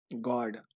God